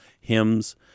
hymns